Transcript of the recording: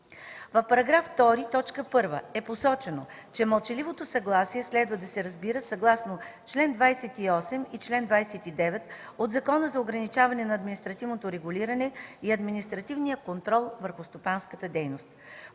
В § 2, т. 1 е посочено, че мълчаливото съгласие следва да се разбира съгласно чл. 28 и чл. 29 от Закона за ограничаване на административното регулиране и административния контрол върху стопанската дейност.